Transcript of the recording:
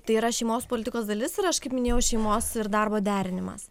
tai yra šeimos politikos dalis ir aš kaip minėjau šeimos ir darbo derinimas